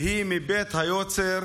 היא מבית היוצר